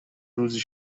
روزی